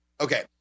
Okay